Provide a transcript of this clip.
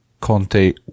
Conte